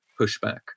pushback